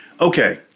okay